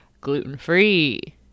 gluten-free